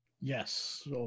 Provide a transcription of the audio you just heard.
Yes